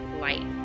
light